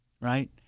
right